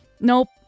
nope